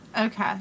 okay